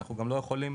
אנחנו לא יכולים